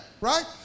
right